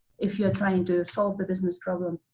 if you are trying to solve the business problem,